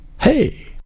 hey